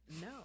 no